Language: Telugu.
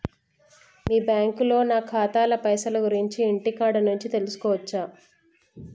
మీ బ్యాంకులో నా ఖాతాల పైసల గురించి ఇంటికాడ నుంచే తెలుసుకోవచ్చా?